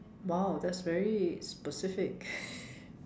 wow that's very specific